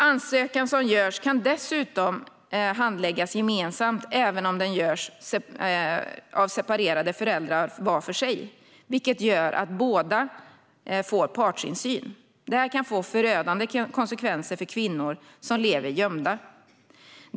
Ansökan som görs kan dessutom handläggas gemensamt även om den görs av separerade föräldrar var för sig, vilket gör att båda får partsinsyn. Detta kan få förödande konsekvenser för kvinnor som lever gömda.